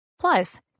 Plus